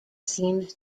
seems